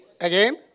Again